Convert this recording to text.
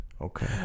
Okay